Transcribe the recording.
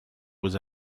was